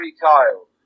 Kyle